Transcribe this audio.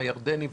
הירדני,